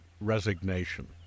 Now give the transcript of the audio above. resignation